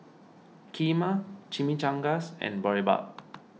Kheema Chimichangas and Boribap